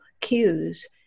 cues